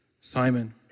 Simon